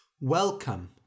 Welcome